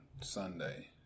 Sunday